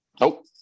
Nope